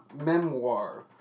memoir